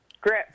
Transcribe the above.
Grip